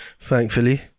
thankfully